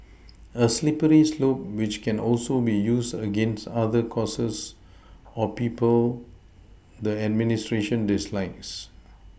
a slippery slope which can also be used against other causes or people the administration dislikes